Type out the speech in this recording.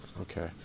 Okay